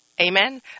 Amen